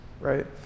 right